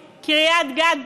קריית-גת,